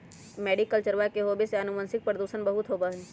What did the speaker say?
मैरीकल्चरवा के होवे से आनुवंशिक प्रदूषण बहुत होबा हई